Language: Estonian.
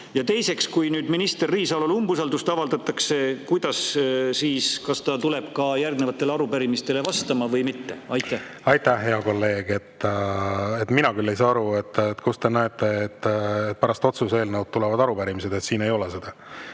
Ja teiseks: kui nüüd minister Riisalole umbusaldust avaldatakse, kas ta tuleb ka järgnevatele arupärimistele vastama või mitte? Aitäh, hea kolleeg! Mina küll ei saa aru, kust te näete, et pärast otsuse eelnõu tulevad arupärimised. Siin ei ole seda.